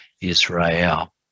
Israel